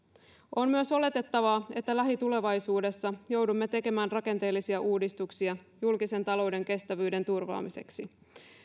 on myös oletettavaa että lähitulevaisuudessa joudumme tekemään rakenteellisia uudistuksia julkisen talouden kestävyyden turvaamiseksi